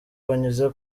banyuze